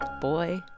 boy